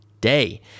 day